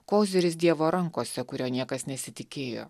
koziris dievo rankose kurio niekas nesitikėjo